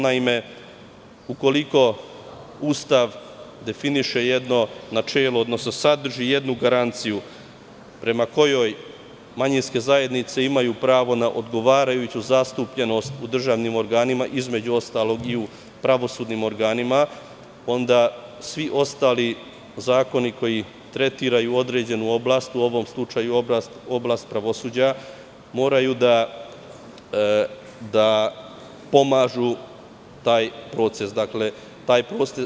Naime, ukoliko Ustav definiše jedno načelo, odnosno sadrži jednu garanciju prema kojoj manjinske zajednice imaju pravo na odgovarajuću zastupljenost u državnim organima, između ostalog i u pravosudnim organima, onda svi ostali zakoni koji tretiraju određenu oblast, u ovom slučaju oblast pravosuđa, moraju da pomažu taj cilj.